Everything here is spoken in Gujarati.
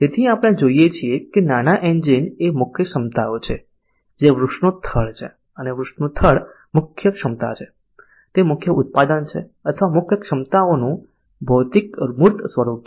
તેથી અહીં આપણે જોઈએ છીએ કે નાના એન્જિન એ મુખ્ય ક્ષમતાઓ છે જે વૃક્ષનું થડ છે અને વૃક્ષનું થડ મુખ્ય ક્ષમતા છે તે મુખ્ય ઉત્પાદન છે અથવા મુખ્ય ક્ષમતાઓનું ભૌતિક મૂર્ત સ્વરૂપ છે